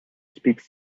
speaks